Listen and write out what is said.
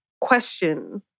question